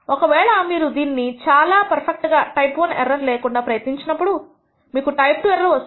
ఒక వేళ మీరు దీనిని చాలా పర్ఫెక్ట్ గా టైప్ I ఎర్రర్ లేకుండా ప్రయత్నం చేసినప్పుడు మీకు టైప్ II ఎర్రర్ వస్తుంది